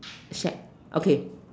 sad okay